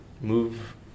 move